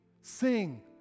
Sing